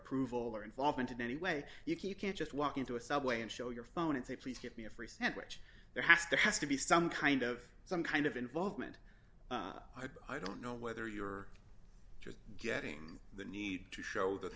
approval or involvement in any way you can't just walk into a subway and show your phone and say please give me a free sandwich there has to has to be some kind of some kind of involvement i don't know whether you're just getting the need to show th